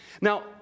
Now